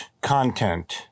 content